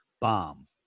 bomb